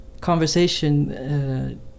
conversation